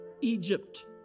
Egypt